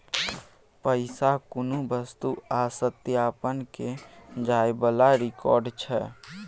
पैसा कुनु वस्तु आ सत्यापन केर जाइ बला रिकॉर्ड छै